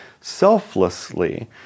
selflessly